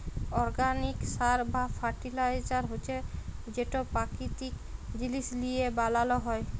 organic সার বা fertiliser হছে যেট পাকিতিক জিলিস লিঁয়ে বালাল হ্যয়